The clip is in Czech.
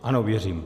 Ano, věřím.